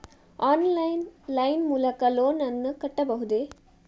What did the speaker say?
Online line ಮೂಲಕ loan ನನ್ನ ಕಟ್ಟಬಹುದೇ?